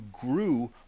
grew